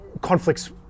conflicts